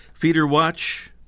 FeederWatch